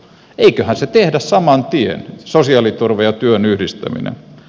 eiköhän se tehdä saman tien sosiaaliturvan ja työn yhdistäminen